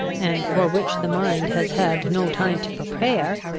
and for which the mind has had no time to prepare,